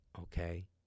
okay